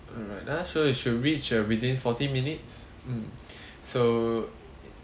alright ya sure it should reach uh within forty minutes mm so